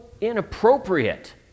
inappropriate